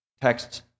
texts